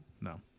No